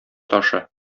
ташы